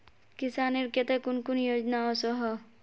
किसानेर केते कुन कुन योजना ओसोहो?